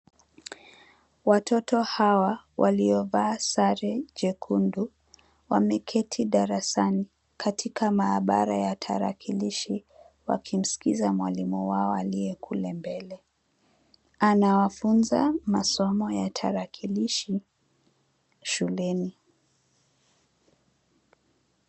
Watoto hawa waliovaa sare jekundu wameketi darasani katika maabara ya tarakilishi wakimsikiza mwalimu wao aliye kule mbele. Anawafunza masomo ya tarakilishi shuleni.